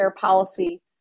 policy